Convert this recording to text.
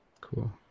cool